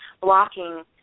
blocking